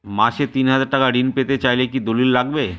মাসে তিন হাজার টাকা ঋণ পেতে চাইলে কি দলিল লাগবে?